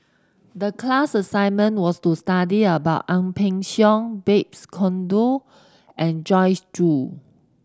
the class assignment was to study about Ang Peng Siong Babes Conde and Joyce Jue